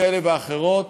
כאלה ואחרות.